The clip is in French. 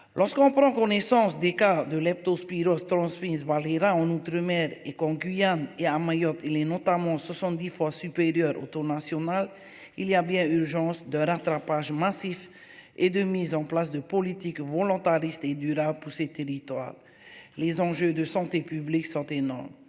Lorsqu'on prend connaissance des cas de leptospirose transmise par l'Iran en outre-mer est con Guyane et à Mayotte. Il est notamment 70 fois supérieur au taux national, il y a bien urgence de rattrapage massif et de mise en place de politiques volontaristes et durable pour ces territoires, les enjeux de santé publique sont énormes.